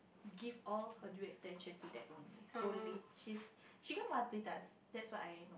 give all her due attention to that only solely she's she can't multi task that's what I